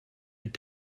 mit